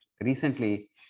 recently